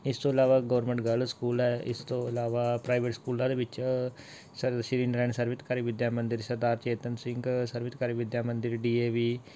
ਇਸ ਤੋਂ ਇਲਾਵਾ ਗੋਰਮੈਂਟ ਗਰਲ ਸਕੂਲ ਹੈ ਇਸ ਤੋਂ ਇਲਾਵਾ ਪ੍ਰਾਈਵੇਟ ਸਕੂਲਾਂ ਦੇ ਵਿੱਚ ਸ Shri Narayan Sarvhitkari Vidya Mandir Sardar Chetan Singh Sarvhitkari Vidya Mandir D A we